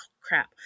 crap